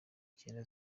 cyenda